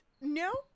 No